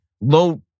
low